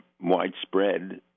widespread